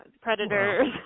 Predators